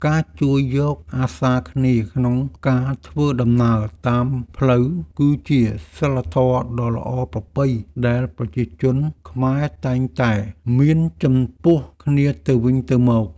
ការជួយយកអាសារគ្នាក្នុងការធ្វើដំណើរតាមផ្លូវគឺជាសីលធម៌ដ៏ល្អប្រពៃដែលប្រជាជនខ្មែរតែងតែមានចំពោះគ្នាទៅវិញទៅមក។